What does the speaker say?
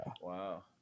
Wow